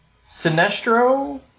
Sinestro